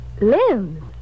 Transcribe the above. Limbs